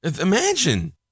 Imagine